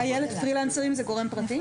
איילת, פרילנסרים זה גורם פרטי?